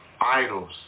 idols